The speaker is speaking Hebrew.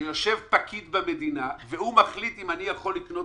שיושב פקיד במדינה ומחליט אם אני יוכל לקנות